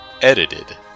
Edited